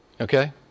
Okay